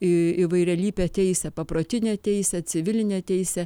į įvairialypė teisė paprotinė teisė civilinė teisė